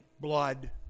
blood